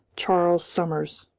charles summers.